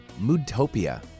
Moodtopia